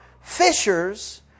fishers